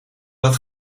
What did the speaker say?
dat